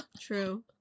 True